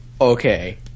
Okay